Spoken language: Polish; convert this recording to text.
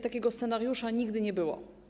Takiego scenariusza nigdy nie było.